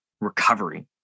recovery